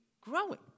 growing